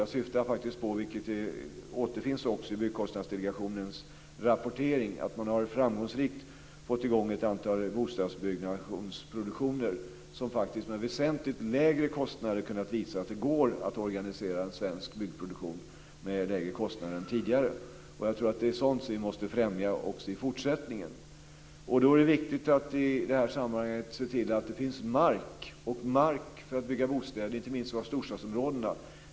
Jag syftar faktiskt på - vilket faktiskt återfinns i Byggkostnadsdelegationens rapportering - att man framgångsrikt har fått i gång ett antal bostadsproduktioner som med väsentligt lägre kostnader har visat att det går att organisera svensk byggproduktion med lägre kostnader än tidigare. Jag tror att det är sådant som vi måste främja även i fortsättningen. Då är det viktigt att vi i det här sammanhanget ser till att det finns mark att bygga bostäder på, inte minst i storstadsområdena.